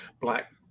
Black